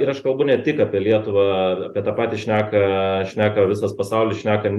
ir aš kalbu ne tik apie lietuvą apie tą patį šneka šneka visas pasaulis šneka